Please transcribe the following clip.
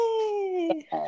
Yay